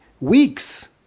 weeks